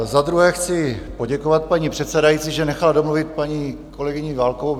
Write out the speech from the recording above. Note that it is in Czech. Za druhé chci poděkovat paní předsedající, že nechala domluvit paní kolegyni Válkovou.